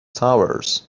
towers